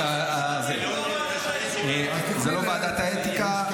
לא, זה לא לוועדת האתיקה.